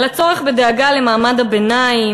על הצורך בדאגה למעמד הביניים,